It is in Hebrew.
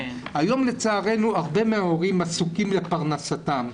היום לצערנו הרבה מההורים עסוקים לפרנסתם,